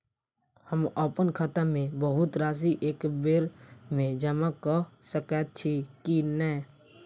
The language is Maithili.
हम अप्पन खाता मे बहुत राशि एकबेर मे जमा कऽ सकैत छी की नै?